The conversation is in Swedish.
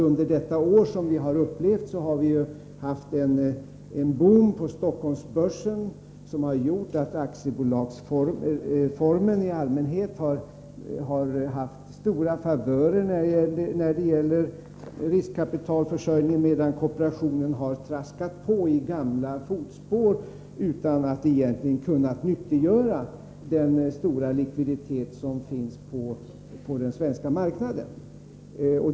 Under detta år har vi ju bl.a. upplevt en boom på Stockholmsbörsen som gjort att aktiebolagsformen i allmänhet har haft stora favörer när det gäller riskkapitalförsörjningen, medan kooperationen har traskat på i sina gamla fotspår utan att egentligen ha kunnat nyttiggöra den stora likviditet som finns på den svenska marknaden.